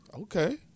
Okay